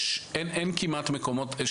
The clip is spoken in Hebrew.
אין כמעט מקומות.